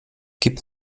gib